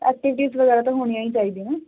activities ਵਗੈਰਾ ਤਾਂ ਹੋਣੀਆਂ ਚਾਹੀਦੀਆਂ